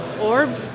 Orb